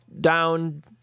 Down